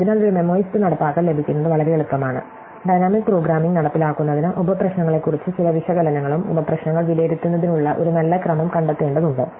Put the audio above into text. അതിനാൽ ഒരു മെമ്മോയിസ്ഡ് നടപ്പാക്കൽ ലഭിക്കുന്നത് വളരെ എളുപ്പമാണ് ഡൈനാമിക് പ്രോഗ്രാമിംഗ് നടപ്പിലാക്കുന്നതിന് ഉപ പ്രശ്നങ്ങളെക്കുറിച്ച് ചില വിശകലനങ്ങളും ഉപ പ്രശ്നങ്ങൾ വിലയിരുത്തുന്നതിനുള്ള ഒരു നല്ല ക്രമം കണ്ടെത്തേണ്ടതുണ്ട്